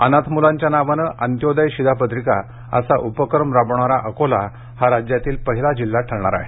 अनाथ मुलांच्या नावाने अंत्योदय शिधा पत्रिका असा उपक्रम राबवणारा अकोला हा राज्यातला पहिला जिल्हा ठरणार आहे